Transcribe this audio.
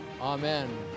Amen